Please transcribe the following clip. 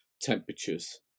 temperatures